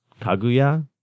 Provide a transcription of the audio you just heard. Kaguya